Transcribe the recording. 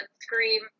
Scream